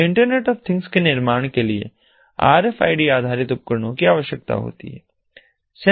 तो internet of things के निर्माण के लिए RFID आधारित उपकरणों की आवश्यकता होती है